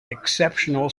exceptional